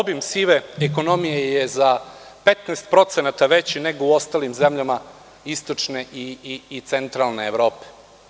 Obim sive ekonomije je za 15% veći nego u ostalim zemljama istočne i centralne Evrope.